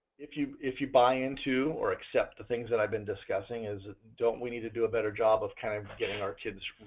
if you if you buy into or accept the things that i've been discussing, don't we need to do a better job of kind of getting our kids